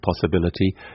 possibility